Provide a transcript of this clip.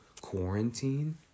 quarantine